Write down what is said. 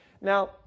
Now